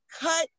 Cut